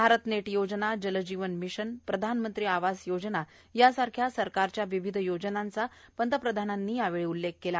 भारतनेट योजना जल जीवन मिशन प्रधानमंत्री आवास योजना यासारख्या सरकारच्या विविध योजनांचा पंतप्रधानांनी यावेळी उल्लेख केला